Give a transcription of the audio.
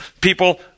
People